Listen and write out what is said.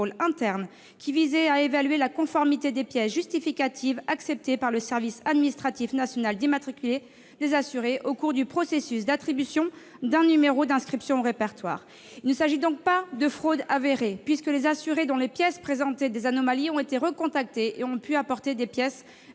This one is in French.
qui visait à évaluer la conformité des pièces justificatives acceptées par le service administratif national d'immatriculation des assurés au cours du processus d'attribution d'un numéro d'inscription au répertoire. Il ne s'agit donc pas de fraudes avérées, puisque les assurés dont les pièces présentaient des anomalies ont été recontactés et ont pu apporter des pièces justificatives